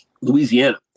louisiana